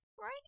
right